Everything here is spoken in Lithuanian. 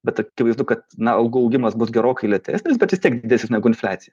bet akivaizdu kad na algų augimas bus gerokai lėtesnis bet vis tiek didesnis negu infliacija